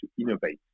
innovate